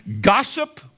gossip